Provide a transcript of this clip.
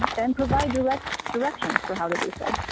and provide direct directions for how to do so.